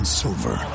silver